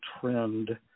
trend